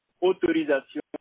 autorisation